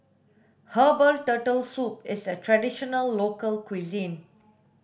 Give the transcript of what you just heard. herbal turtle soup is a traditional local cuisine